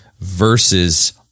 versus